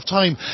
time